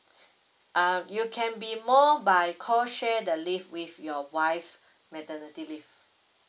err you can be more by call share the leave with your wife maternity leave